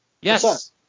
Yes